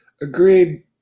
agreed